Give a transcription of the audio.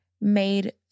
made